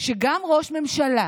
שגם ראש ממשלה